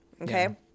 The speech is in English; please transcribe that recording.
Okay